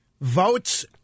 votes